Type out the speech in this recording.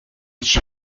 she